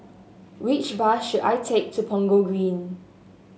which bus should I take to Punggol Green